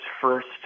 first